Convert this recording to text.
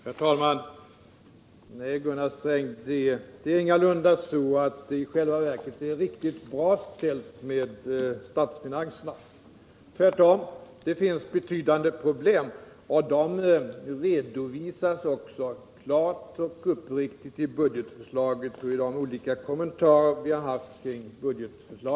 Herr talman! Nej, Gunnar Sträng, det är ingalunda så att det i själva verket är riktigt bra ställt med statsfinanserna. Det finns tvärtom betydande problem, och de redovisas också klart och uppriktigt i budgetförslaget och i de olika kommentarer som vi har gjort om det.